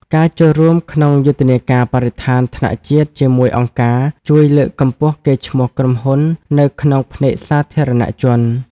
ការចូលរួមក្នុងយុទ្ធនាការបរិស្ថានថ្នាក់ជាតិជាមួយអង្គការ ជួយលើកកម្ពស់កេរ្តិ៍ឈ្មោះក្រុមហ៊ុននៅក្នុងភ្នែកសាធារណជន។